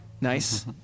Nice